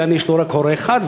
יעני יש לו רק הורה אחד,